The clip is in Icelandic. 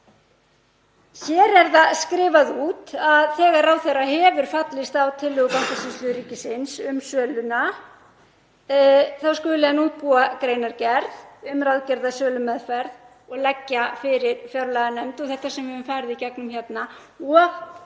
Hér er það skrifað út að þegar ráðherra hefur fallist á tillögu Bankasýslu ríkisins um söluna þá skuli hann útbúa greinargerð um ráðgerða sölumeðferð og leggja fyrir fjárlaganefnd og þetta sem við höfum farið í gegnum hérna